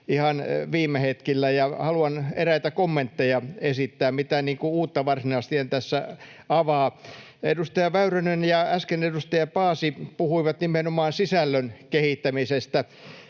ihan viime hetkillä, ja haluan eräitä kommentteja esittää. Mitään uutta varsinaisesti en tässä avaa. Edustaja Väyrynen ja äsken edustaja Paasi puhuivat nimenomaan sisällön kehittämisestä.